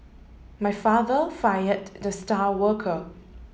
my father fired the star worker